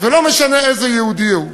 ולא משנה איזה יהודי הוא.